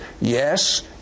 Yes